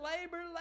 labor